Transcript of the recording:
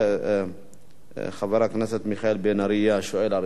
חבר הכנסת מיכאל בן-ארי יהיה השואל הראשון.